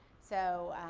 so,